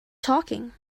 talking